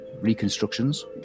reconstructions